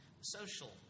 Social